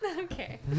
Okay